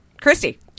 Christy